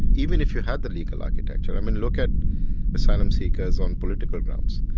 even if you had the legal architecture, i mean, look at asylum seekers on political grounds.